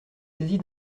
saisie